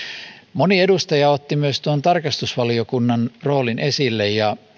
moni edustaja otti myös tarkastusvaliokunnan roolin esille